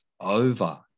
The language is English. over